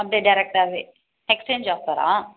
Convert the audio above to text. அப்படியே டேரக்டாகவே எக்ஸ்சேஞ்ச் ஆஃபரா